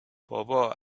بابا